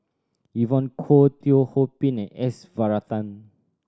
Evon Kow Teo Ho Pin and S Varathan